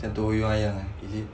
is it